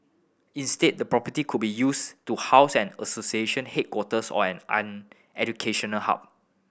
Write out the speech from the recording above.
instead the property could be used to house an association headquarters or an educational hub